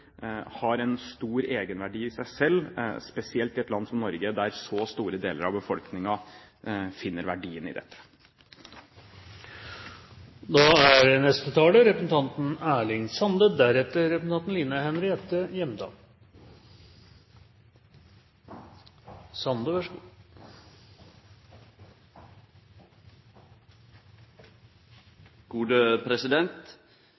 har en stor egenverdi i seg selv, spesielt i et land som Norge, der så store deler av befolkningen finner verdi i det. Allemannsretten, med rett til ferdsel, opphald, bading og hausting, er